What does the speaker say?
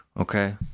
okay